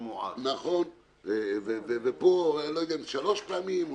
פה אני לא יודע אם שלוש פעמים,